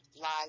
live